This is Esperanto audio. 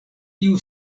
tiu